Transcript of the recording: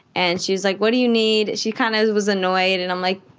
and she was, like, what do you need? she kind of was annoyed. and i'm, like,